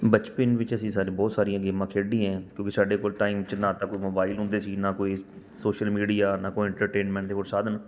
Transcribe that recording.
ਬਚਪਨ ਵਿੱਚ ਅਸੀਂ ਸਾਰੇ ਬਹੁਤ ਸਾਰੀਆਂ ਗੇਮਾਂ ਖੇਡੀਆਂ ਹੈ ਕਿਉਂਕਿ ਸਾਡੇ ਕੋਲ ਟਾਇਮ 'ਚ ਨਾ ਤਾਂ ਕੋਈ ਮੋਬਾਇਲ ਹੁੰਦੇ ਸੀ ਨਾ ਕੋਈ ਸੋਸ਼ਲ ਮੀਡੀਆ ਨਾ ਕੋਈ ਇੰਨਟਰਟੇਨਮੈਂਟ ਦੇ ਹੋਰ ਸਾਧਨ